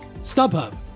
StubHub